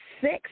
six